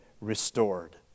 restored